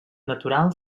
natural